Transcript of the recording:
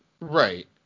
Right